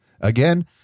Again